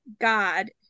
god